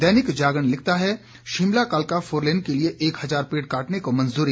दैनिक जागरण लिखता है शिमला कालका फोरलेन के लिए एक हजार पेड़ काटने का मंजूरी